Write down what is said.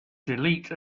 delete